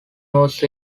was